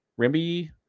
Rimby